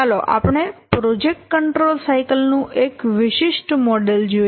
ચાલો આપણે project control cycle નું એક વિશિષ્ટ મોડેલ જોઈએ